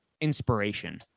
inspiration